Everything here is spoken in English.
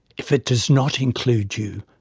if it does not include you,